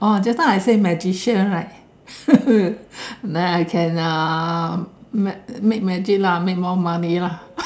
oh just now I say magician right then I can um make make magic lah make more money lah